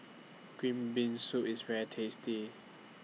Green Bean Soup IS very tasty